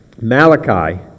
Malachi